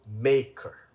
maker